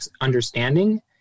understanding